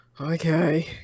Okay